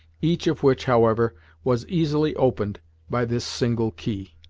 each of which however was easily opened by this single key.